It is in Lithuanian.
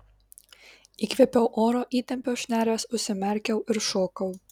įkvėpiau oro įtempiau šnerves užsimerkiau ir šokau